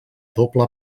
doble